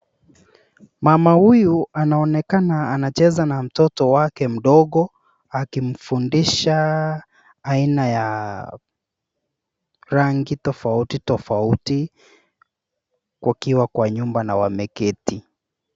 Mama huyu anaonekana anacheza na mtoto wake mdogo akimfundisha aina ya rangi tofauti tofauti wakiwa kwa nyumba na wameketi.